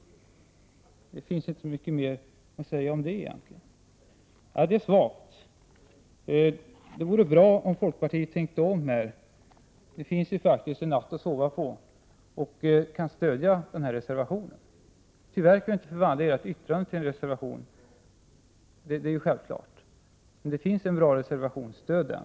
Det finns inte så mycket mer att säga om det egentligen. Det vore bra om folkpartiet tänkte om här och bestämde sig för att stödja reservationen. Det finns faktiskt en natt att sova på. Tyvärr kan vi inte förvandla ert yttrande till en reservation; det är ju självklart. Men det finns en bra reservation — stöd den!